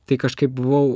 tai kažkaip buvau